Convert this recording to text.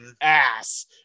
ass